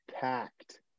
packed